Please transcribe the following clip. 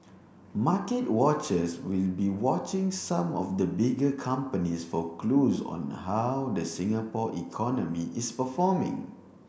market watchers will be watching some of the bigger companies for clues on how the Singapore economy is performing